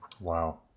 Wow